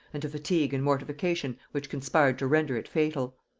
and to fatigue and mortification which conspired to render it fatal.